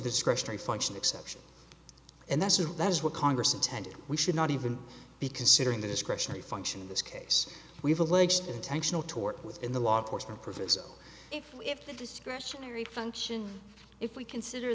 discretionary function exception and that's what congress intended we should not even be considering the discretionary function in this case we've alleged intentional torte within the law enforcement previous so if the discretionary function if we consider